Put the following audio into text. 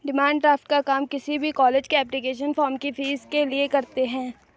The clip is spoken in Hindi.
डिमांड ड्राफ्ट का काम किसी भी कॉलेज के एप्लीकेशन फॉर्म की फीस के लिए करते है